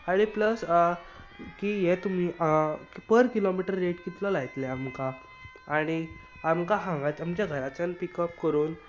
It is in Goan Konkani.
आनी प्लस की हे तुमी पर किलोमिटर रेट कितलो लायतले आमकां आनी आमकां हांगाच्यान घराच्यान पीक अप करून